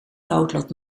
noodlot